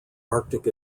arctic